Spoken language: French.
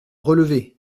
relever